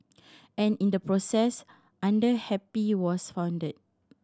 and in the process Under Happy was founded